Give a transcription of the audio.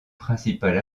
principal